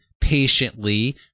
patiently